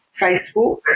Facebook